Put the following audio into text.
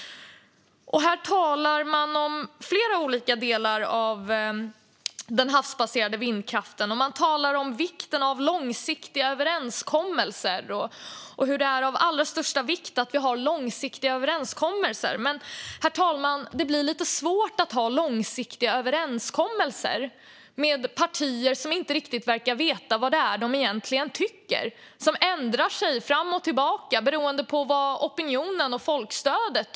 Här talar man om flera olika delar av den havsbaserade vindkraften. Man talar om vikten av långsiktiga överenskommelser och om hur det är av allra största vikt att vi har sådana. Men, herr talman, det blir lite svårt att ha långsiktiga överenskommelser med partier som inte riktigt verkar veta vad de egentligen tycker. De ändrar sig fram och tillbaka beroende på opinionen och folkstödet.